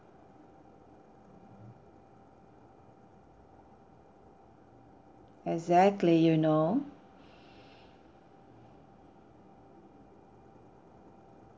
exactly you know